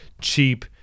cheap